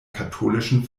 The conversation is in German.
katholischen